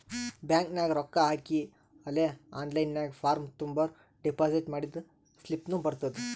bank ನಾಗ್ ರೊಕ್ಕಾ ಹಾಕಿ ಅಲೇ ಆನ್ಲೈನ್ ನಾಗ್ ಫಾರ್ಮ್ ತುಂಬುರ್ ಡೆಪೋಸಿಟ್ ಮಾಡಿದ್ದು ಸ್ಲಿಪ್ನೂ ಬರ್ತುದ್